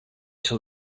till